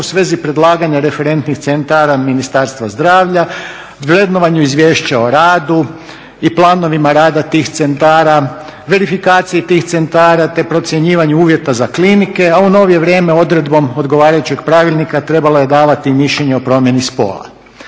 u svezi predlaganja referentnih centara Ministarstva zdravlja, vrednovanju izvješća o radu i planovima rada tih centara, verifikaciji tih centara, te procjenjivanju uvjeta za klinike, a u novije vrijeme odredbom odgovarajućeg pravilnika trebalo je davati mišljenje o promjeni spola.